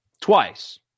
twice